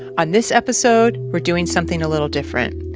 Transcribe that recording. on this episode, we're doing something a little different.